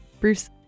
Bruce